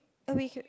uh we could